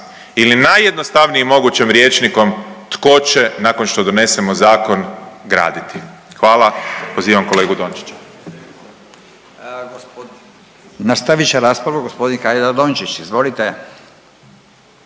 ili najjednostavnijim mogućim rječnikom tko će nakon što donesemo zakon graditi? Hvala. Pozivam kolegu Dončića.